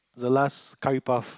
the last curry puff